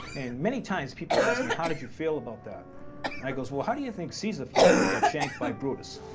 and, many times, people asked me, how did you feel about that? and i goes, well, how do you think caesar felt when he got shanked by brutus?